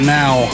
now